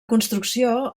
construcció